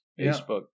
Facebook